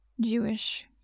Jewish